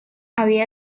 había